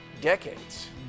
decades